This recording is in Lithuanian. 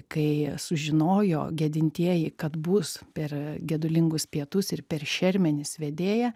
kai sužinojo gedintieji kad bus per gedulingus pietus ir per šermenis vedėja